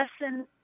lesson